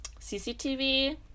CCTV